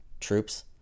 troops